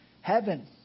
heaven